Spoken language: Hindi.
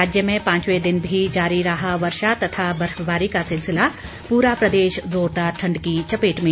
राज्य में पांचवें दिन भी जारी रहा वर्षा तथा बर्फबारी का सिलसिला पूरा प्रदेश जोरदार ठंड की चपेट में